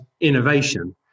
innovation